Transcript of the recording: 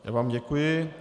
Já vám děkuji.